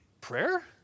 prayer